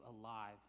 alive